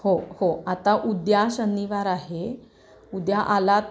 हो हो आता उद्या शनिवार आहे उद्या आलात